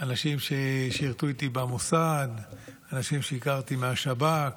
אנשים ששירתו איתי במוסד, אנשים שהכרתי מהשב"כ,